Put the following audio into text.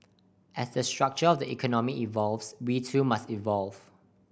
as the structure of the economy evolves we too must evolve